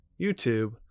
YouTube